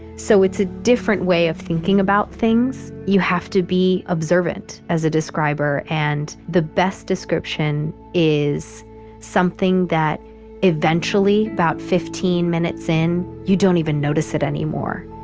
so, it's a different way of thinking about things. you have to be observant as a describer and the best description is something that eventually, about fifteen minutes in, you don't even notice it anymore.